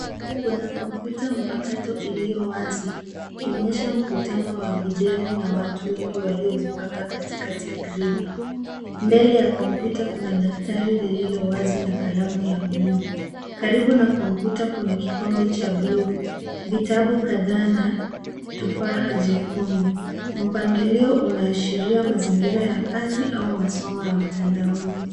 Kuna komputa mpakato iliyowazi, ikionyesha mkutano wa video na watu wengi waliojipanga katikati gredi. Mbele ya komputa kuna daftari lililowazi na kalamu ya bluu. Karibu na komputa kuna kikombe cha bluu, vitabu kadhaa na tufaha jekundu. Mpangilio unaashiria mazingira ya kazi au masomo ya mtandaoni.